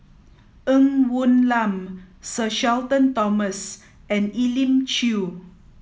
Ng Woon Lam Sir Shenton Thomas and Elim Chew